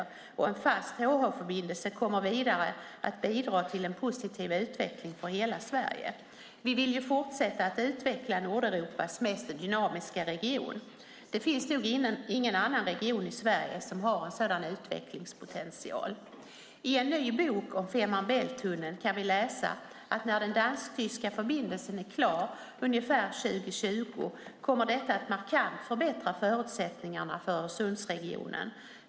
Dessutom kommer en fast HH-förbindelse att bidra till en positiv utveckling för hela landet. Vi vill fortsätta att utveckla Nordeuropas mest dynamiska region. Det finns nog ingen annan region i Sverige som har en sådan utvecklingspotential. I en ny bok om Fehmarn Bält-tunneln kan vi läsa att när den dansk-tyska förbindelsen är klar, ungefär 2020, kommer det att markant förbättra förutsättningarna för Öresundsregionen.